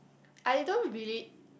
I don't really